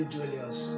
Julius